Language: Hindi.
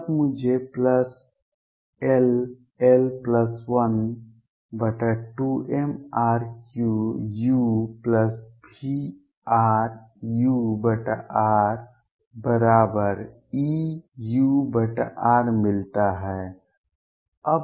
तब मुझे ll12mr3uVrurEur मिलता है